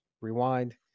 rewind